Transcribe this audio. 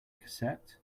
cassette